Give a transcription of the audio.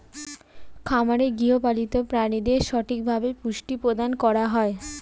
খামারে গৃহপালিত প্রাণীদের সঠিকভাবে পুষ্টি প্রদান করা হয়